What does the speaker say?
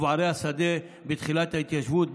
ובערי השדה בתחילת ההתיישבות,